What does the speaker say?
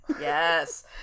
Yes